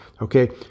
Okay